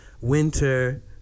winter